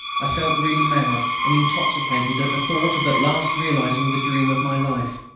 i felt really mad and intoxicated at the thought of at last realising the dream of my life.